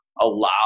allow